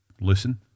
listen